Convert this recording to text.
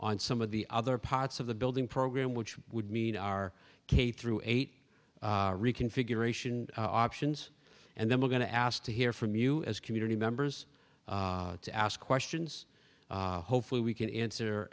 on some of the other parts of the building program which would mean our k through eight reconfiguration options and then we're going to ask to hear from you as community members to ask questions hopefully we can answer